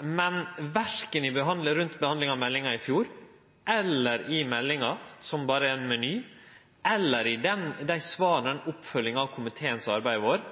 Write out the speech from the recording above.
men verken rundt behandlinga av meldinga i fjor eller i meldinga, som berre er ein meny, eller i dei svara i oppfølginga av komiteen sitt arbeid i vår,